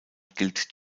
gilt